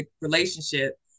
relationship